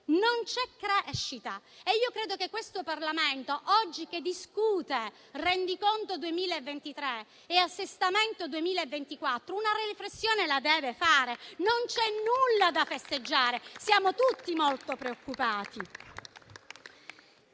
né crescita e credo che questo Parlamento, oggi che discute rendiconto 2023 e assestamento 2024, una riflessione la debba fare. Non c'è nulla da festeggiare, siamo tutti molto preoccupati.